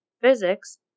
physics